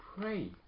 pray